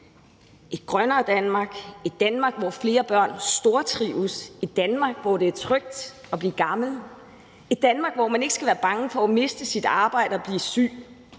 et grønnere Danmark; et Danmark, hvor flere børn stortrives; et Danmark, hvor det er trygt at blive gammel; et Danmark, hvor man ikke skal være bange for at miste sit arbejde og blive syg;